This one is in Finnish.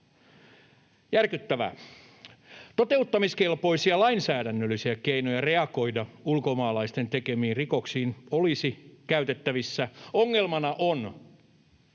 Järkyttävää. Toteuttamiskelpoisia lainsäädännöllisiä keinoja reagoida ulkomaalaisten tekemiin rikoksiin olisi käytettävissä. Ongelmana on,